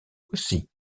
aussi